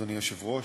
אדוני היושב-ראש,